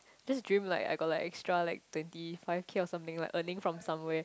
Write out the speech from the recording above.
just dream like I got like extra like twenty five K or something like earning from somewhere